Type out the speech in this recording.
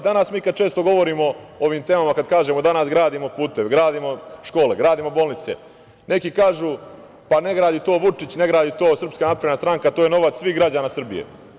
Danas, kada često govorimo o ovim temama, kada kažemo - danas gradimo puteve, gradimo škole, gradimo bolnice, neki kažu – pa, ne gradi to Vučić, ne gradi to Srpska napredna stranka, to je novac svih građana Srbije.